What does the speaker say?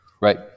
Right